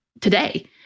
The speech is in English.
today